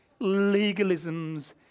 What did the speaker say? legalisms